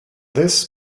this